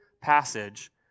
passage